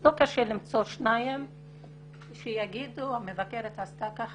לא קשה למצוא שניים שיגידו שהמבקרת עשתה כך